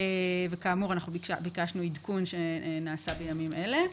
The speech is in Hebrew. וכאמור ביקשנו עדכון שנעשה בימים אלה.